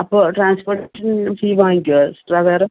അപ്പോൾ ട്രാൻസ്പോർട്ടിന് ഫീ വാങ്ങിക്കുവോ എക്സ്ട്രാ വേറെ